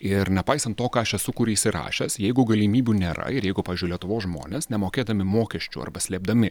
ir nepaisant to ką aš esu kur įsirašęs jeigu galimybių nėra ir jeigu pavyzdžiui lietuvos žmonės nemokėdami mokesčių arba slėpdami